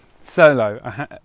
Solo